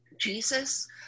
Jesus